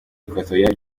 equatoriale